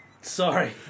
Sorry